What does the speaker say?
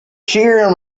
shear